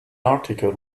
article